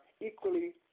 equally